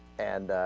and